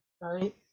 right